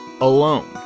alone